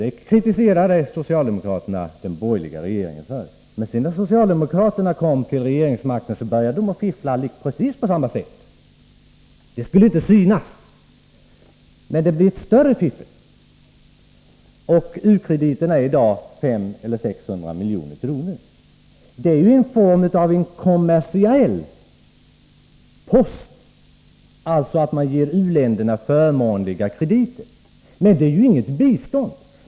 Det kritiserade socialdemokraterna den borgerliga rege ringen för, men när de sedan kom till regeringsmakten började de fiffla på precis samma sätt. Det skulle inte synas, men det blev ett större fiffel. U-krediterna är i dag 500 eller 600 miljoner. Det är ju en kommersiell post. Man ger u-länderna förmånliga krediter, men det är inget bistånd.